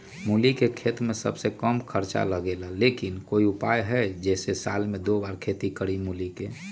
मूली के खेती में सबसे कम खर्च लगेला लेकिन कोई उपाय है कि जेसे साल में दो बार खेती करी मूली के?